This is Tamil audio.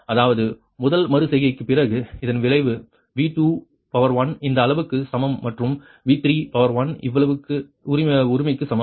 அதாவது முதல் மறு செய்கைக்குப் பிறகு இதன் விளைவு V21 இந்த அளவுக்கு சமம் மற்றும் V31 இவ்வளவு உரிமைக்கு சமம்